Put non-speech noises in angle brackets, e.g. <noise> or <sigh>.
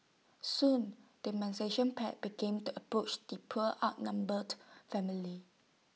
soon the <unintelligible> pack began to approach the poor outnumbered family